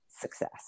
success